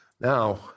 Now